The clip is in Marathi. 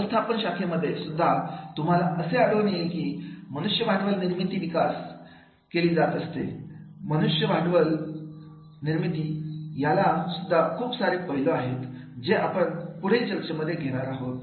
व्यवस्थापन शाखेमध्ये सुद्धा तुम्हाला असे आढळून येईल की मनुष्य भांडवल निर्मिती विकसित केली जात आहे मनुष्यबळ भांडवल निर्मिती याला सुद्धा खूप सारे पैलू आहेत जे आपण पुढील चर्चेमध्ये घेणार आहोत